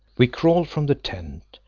we crawled from the tent,